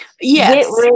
Yes